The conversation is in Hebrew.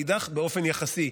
מאידך גיסא באופן יחסי.